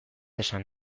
esan